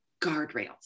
guardrails